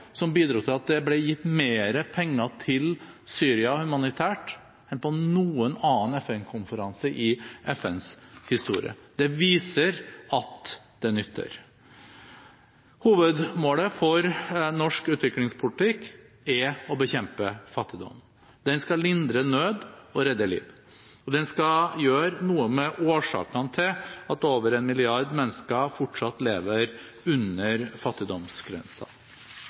som bidro til at det ble gitt mer penger til Syria humanitært enn på noen annen FN-konferanse i FNs historie. Det viser at det nytter. Hovedmålet for norsk utviklingspolitikk er å bekjempe fattigdom. Utviklingspolitikken skal lindre nød og redde liv, og den skal gjøre noe med årsakene til at over 1 milliard mennesker fortsatt lever under